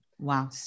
Wow